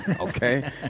okay